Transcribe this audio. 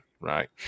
right